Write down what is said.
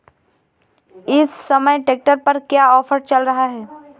इस समय ट्रैक्टर पर क्या ऑफर चल रहा है?